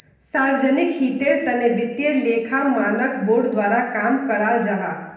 सार्वजनिक हीतेर तने वित्तिय लेखा मानक बोर्ड द्वारा काम कराल जाहा